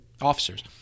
Officers